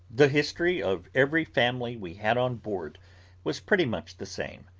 the history of every family we had on board was pretty much the same.